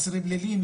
אסירים פליליים,